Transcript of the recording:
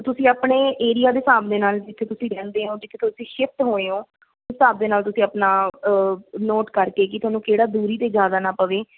ਤੁਸੀਂ ਆਪਣੇ ਏਰੀਆ ਦੇ ਹਿਸਾਬ ਦੇ ਨਾਲ ਜਿੱਥੇ ਤੁਸੀਂ ਰਹਿੰਦੇ ਹੋ ਜਿੱਥੇ ਤੁਸੀਂ ਸ਼ਿਫਟ ਹੋਏ ਹੋ ਹਿਸਾਬ ਦੇ ਨਾਲ ਤੁਸੀਂ ਆਪਣਾ ਨੋਟ ਕਰਕੇ ਕਿ ਤੁਹਾਨੂੰ ਕਿਹੜਾ ਦੂਰੀ 'ਤੇ ਜ਼ਿਆਦਾ ਨਾ ਪਵੇ